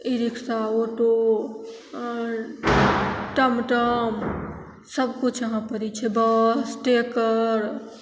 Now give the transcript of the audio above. e rickshaw auto आओर टमटम सबकिछु यहाँपर छै बस ट्रेकर